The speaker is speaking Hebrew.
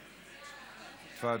תפדל.